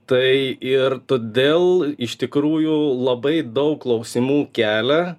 tai ir todėl iš tikrųjų labai daug klausimų kelia